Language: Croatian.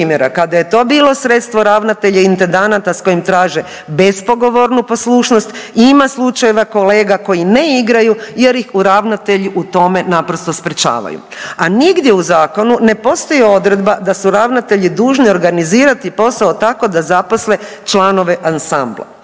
kada je to bilo sredstvo ravnatelja i intedanata s kojim traže bespogovornu poslušnost i ima slučajeva kolega koji je igraju jer ih ravnatelji u tome naprosto sprječavaju. A nigdje u zakonu ne postoji odredba da su ravnatelji dužni organizirati posao tako da zaposle članove ansambla.